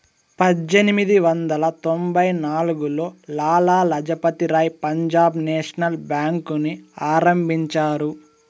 పజ్జేనిమిది వందల తొంభై నాల్గులో లాల లజపతి రాయ్ పంజాబ్ నేషనల్ బేంకుని ఆరంభించారు